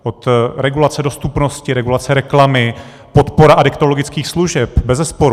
Od regulace dostupnosti, regulace reklamy, podpora adiktologických služeb, bezesporu.